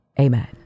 Amen